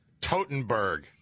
Totenberg